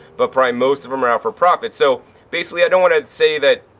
but probably most of them are out for profit. so basically i don't want to say that,